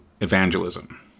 evangelism